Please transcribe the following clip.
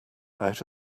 out